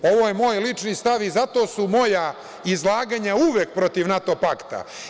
Ovo je moj lični stav i zato su moja izlaganja uvek protiv NATO pakta.